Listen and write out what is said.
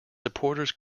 supporters